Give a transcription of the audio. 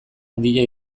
handia